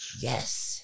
Yes